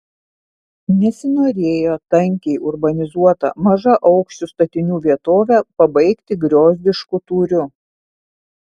nesinorėjo tankiai urbanizuotą mažaaukščių statinių vietovę pabaigti griozdišku tūriu